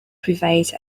prevailed